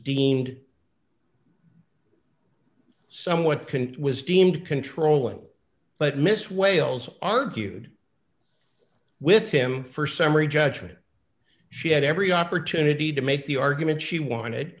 deemed somewhat can was deemed controlling but miss wales argued with him for summary judgment she had every opportunity to make the argument she wanted